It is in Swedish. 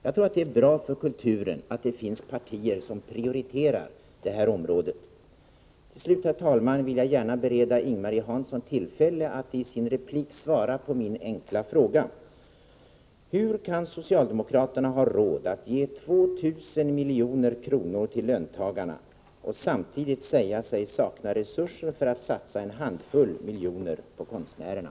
Jag tror att det är bra för kulturen att det finns partier som prioriterar detta område. Till slut, herr talman, vill jag bereda Ing-Marie Hansson tillfälle att i sin replik svara på min enkla fråga: Hur kan socialdemokraterna ha råd att ge 2 000 milj.kr. till löntagarna och samtidigt säga sig sakna resurser för att satsa en handfull miljoner på konstnärerna?